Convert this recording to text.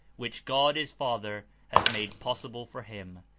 which god his father has made possible for him,